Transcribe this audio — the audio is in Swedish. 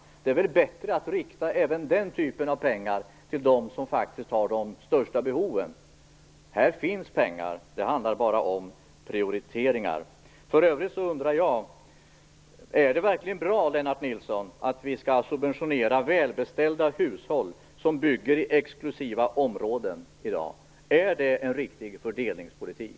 Det är väl bättre att rikta även den typen av stöd till dem som faktiskt har de största behoven. Här finns pengar, det handlar bara om prioriteringar. För övrigt undrar jag: Är det verkligen bra, Lennart Nilsson, att vi skall subventionera välbeställda hushåll som bygger i exklusiva områden? Är det en riktig fördelningspolitik?